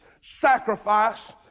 sacrifice